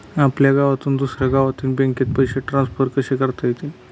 आपल्या गावातून दुसऱ्या गावातील बँकेत पैसे ट्रान्सफर कसे करता येतील?